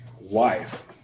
wife